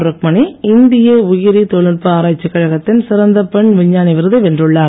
ருக்குமணி இந்திய உயிரி தொழில்நுட்ப ஆராய்ச்சிக் கழகத்தின் சிறந்த பெண் விஞ்ஞானி விருதை வென்றுள்ளார்